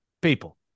People